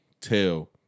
tell